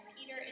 Peter